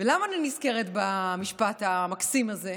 ולמה אני נזכרת במשפט המקסים הזה?